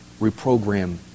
Reprogram